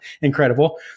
incredible